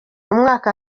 umwaka